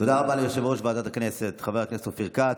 תודה רבה ליושב-ראש ועדת הכנסת חבר הכנסת אופיר כץ.